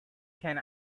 can